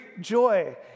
joy